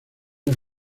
las